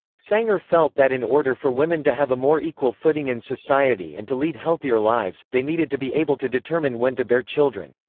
sanger felt that in order for women to have a more equal footing in society and to lead healthier lives, they needed to be able to determine when to bear children.